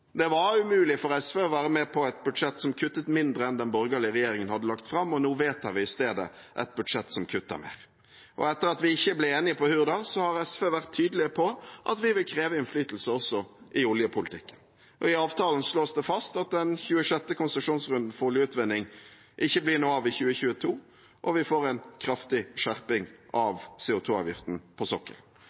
Det var umulig for SV å være med på et budsjett som kuttet mindre enn den borgerlige regjeringen hadde lagt fram, og nå vedtar vi i stedet et budsjett som kutter mer. Etter at vi ikke ble enige i Hurdal, har SV vært tydelige på at vi vil kreve innflytelse også i oljepolitikken. I avtalen slås det fast at den 26. konsesjonsrunden for oljeutvinning ikke blir noe av i 2022, og vi får en kraftig skjerping av CO 2 -avgiften på sokkelen.